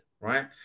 Right